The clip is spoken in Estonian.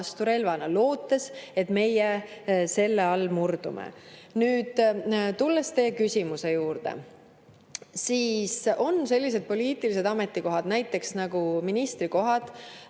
vastu relvana, lootes, et me selle all murdume. Nüüd aga tulen teie küsimuse juurde. On sellised poliitilised ametikohad, näiteks nagu ministrikohad